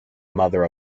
mother